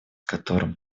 которым